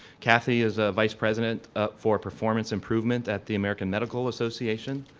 kathy is a vice president for performance improvement at the american medical association,